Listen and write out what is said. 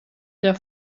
der